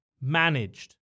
managed